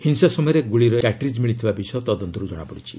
ହିଂସା ସମୟରେ ଗୁଳିର କ୍ୟାଟ୍ରିକ୍ ମିଳିଥିବା ବିଷୟ ତଦନ୍ତରୁ ଜଣାପଡ଼ିଛି